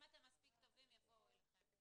אם אתם מספיק טובים יבואו אליכם.